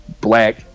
black